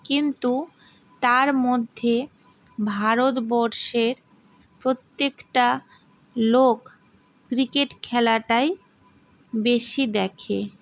কিন্তু তার মধ্যে ভারতবর্ষের প্রত্যেকটা লোক ক্রিকেট খেলাটাই বেশি দেখে